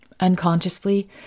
Unconsciously